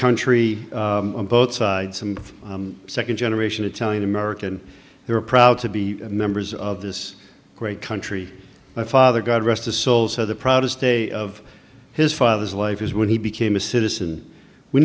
country both sides and second generation italian american they are proud to be members of this great country my father god rest his soul so the proudest day of his father's life is when he became a citizen we